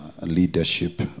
leadership